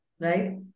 right